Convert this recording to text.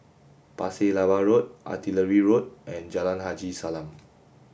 Pasir Laba Road Artillery Road and Jalan Haji Salam